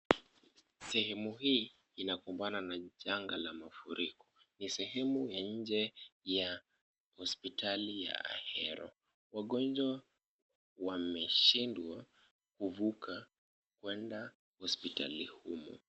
Sehemu hii inakumbana na janga la mafuriko. Ni sehemu ya nje ya hospitali ya Ahero. Wagonjwa wameshindwa kuvuka kwenda hospitali humo .